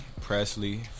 Presley